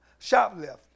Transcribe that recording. shoplift